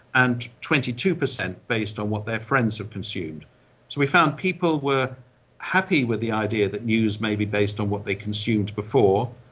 and twenty two percent based on what their friends had consumed. so we found people were happy with the idea that news may be based on what they consumed before,